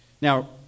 Now